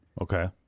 Okay